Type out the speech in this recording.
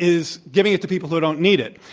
is giving it to people who don't need it.